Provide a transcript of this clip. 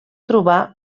trobar